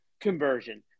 conversion